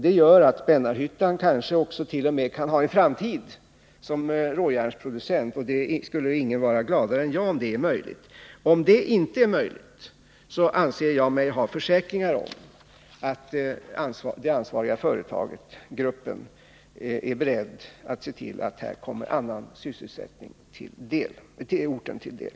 Det gör att Spännarhyttan kan ha en framtid som råjärnsproducent, och ingen skulle vara gladare än jag om det är möjligt. Om det inte är möjligt anser jag mig ha försäkring om att den ansvariga företagsgruppen är beredd att se till att annan sysselsättning kommer orten till del.